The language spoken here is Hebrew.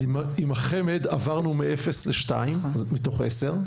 עם חמ"ד, עברנו מאפס לשלוש, מתוך עשר.